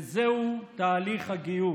וזהו תהליך הגיור.